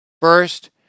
First